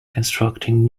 constructing